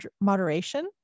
moderation